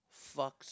fucks